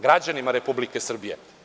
Građanima Republike Srbije.